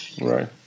Right